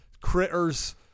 Critters